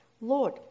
Lord